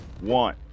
one